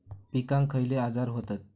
पिकांक खयले आजार व्हतत?